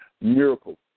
miracles